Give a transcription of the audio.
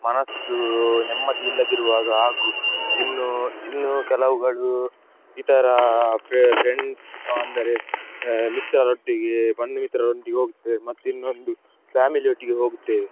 ಮನಸ್ಸು ನೆಮ್ಮದಿ ಇಲ್ಲದಿರುವಾಗ ಹಾಗೂ ಇನ್ನೂ ಇನ್ನೂ ಕೆಲವುಗಳು ಇತರೆ ಫ್ರೆಂಡ್ಸ್ ಅಂದರೆ ಮಿತ್ರರೊಟ್ಟಿಗೆ ಬಂಧು ಮಿತ್ರರೊಟ್ಟಿಗೆ ಹೋಗ್ತೇವೆ ಮತ್ತು ಇನ್ನೊಂದು ಫ್ಯಾಮಿಲಿ ಒಟ್ಟಿಗೆ ಹೋಗುತ್ತೇವೆ